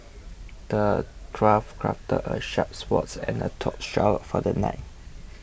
the dwarf crafted a sharp sword and a tough shield for the knight